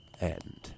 End